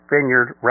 Vineyard